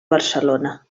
barcelona